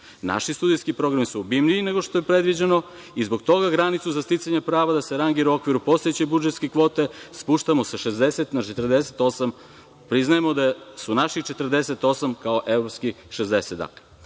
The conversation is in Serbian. Naši studijski programi su obimniji nego što je predviđeno i zbog toga granicu za sticanje prava da se rangira u okviru postojeće budžetske kvote spuštamo sa 60 na 48. Priznajemo da su naših 48 kao evropskih